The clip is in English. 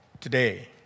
today